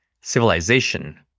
civilization